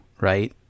Right